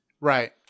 Right